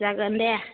जागोन दे